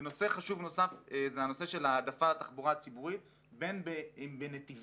נושא חשוב נוסף זה הנושא של העדפת תחבורה ציבורית בין אם בנתיבים